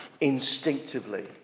instinctively